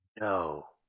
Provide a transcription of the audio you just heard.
No